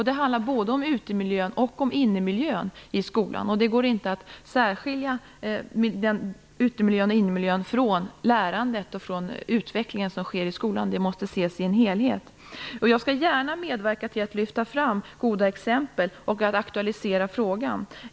Det handlar om både utemiljön och innemiljön i skolan. Det går inte att särskilja ute och innemiljön från lärandet och från utvecklingen som sker i skolan. De måste ses som en helhet. Jag skall gärna medverka till att lyfta fram goda exempel och att aktualisera frågan.